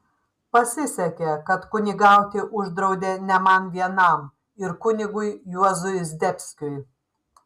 pasisekė kad kunigauti uždraudė ne man vienam ir kunigui juozui zdebskiui